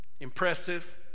Impressive